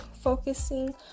focusing